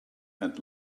and